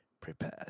prepared